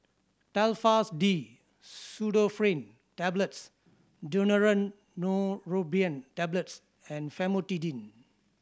Telfast D Pseudoephrine Tablets Daneuron Neurobion Tablets and Famotidine